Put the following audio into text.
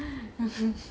mmhmm